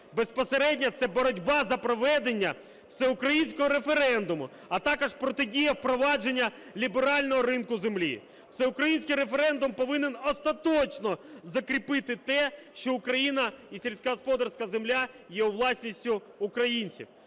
Безпосередньо це боротьба за проведення всеукраїнського референдуму, а також протидія впровадженню ліберального ринку землі. Всеукраїнський референдум повинен остаточно закріпити те, що Україна і сільськогосподарська земля є власністю українців.